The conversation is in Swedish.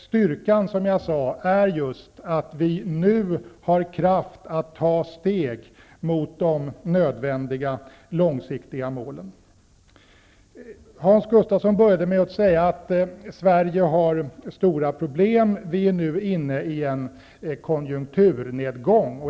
Styrkan är att vi nu har kraft att ta steg mot de nödvändiga långsiktiga målen. Hans Gustafsson började med att säga att Sverige har stora problem. Sverige är nu inne i en konjunkturnedgång.